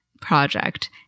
project